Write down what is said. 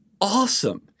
awesome